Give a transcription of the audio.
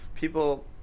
people